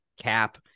Cap